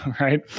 right